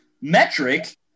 metric